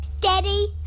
Daddy